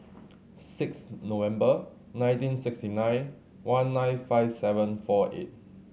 six November nineteen sixty nine one nine five seven four eight